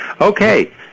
Okay